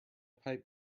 pipe